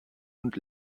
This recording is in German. und